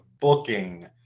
booking